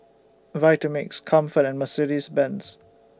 Vitamix Comfort and Mercedes Benz